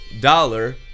dollar